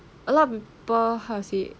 a lot of people how to say